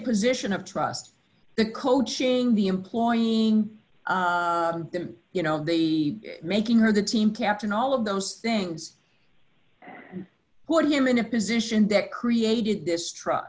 position of trust the coaching the employing you know the making of the team captain all of those things what him in a position that created this tru